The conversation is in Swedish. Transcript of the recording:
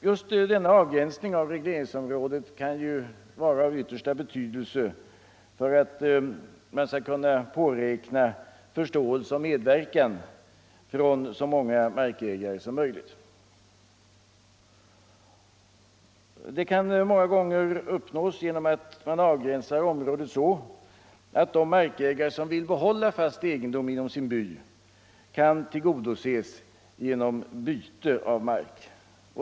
Just denna avgränsning av regleringsområdet kan ju vara av stor betydelse för att man skall kunna påräkna förståelse och medverkan från så många markägare som möjligt. Det kan många gånger uppnås genom att man avgränsar området så att de markägare som vill behålla fast egendom inom sin by tillgodoses genom byte av mark.